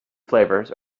flavors